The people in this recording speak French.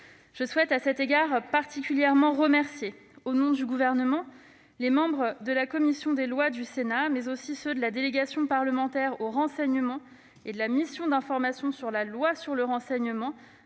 Je souhaite, à cet égard, remercier particulièrement, au nom du Gouvernement, les membres de la commission des lois du Sénat, mais aussi ceux de la délégation parlementaire au renseignement (DPR) et de la mission d'information sur l'évaluation de la loi Renseignement,